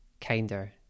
kinder